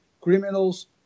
criminals